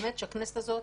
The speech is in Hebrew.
באמת שהכנסת הזאת,